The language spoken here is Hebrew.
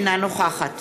אינה נוכחת